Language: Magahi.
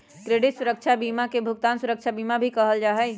क्रेडित सुरक्षा बीमा के भुगतान सुरक्षा बीमा भी कहल जा हई